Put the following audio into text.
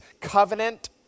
covenant